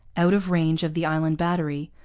out of range of the island battery,